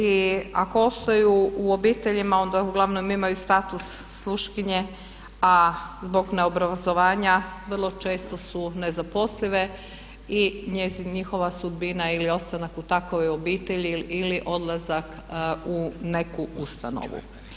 I ako ostaju u obiteljima onda uglavnom imaju status sluškinje a zbog neobrazovanja vrlo često su nezaposlive i njihova sudbina ili ostanak u takvoj obitelji ili odlazak u neku ustanovu.